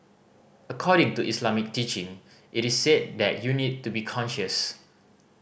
according to Islamic teaching it is said that you need to be conscious